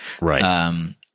Right